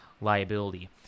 liability